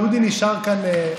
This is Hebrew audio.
דודי נשאר כאן.